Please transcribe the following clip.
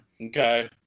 Okay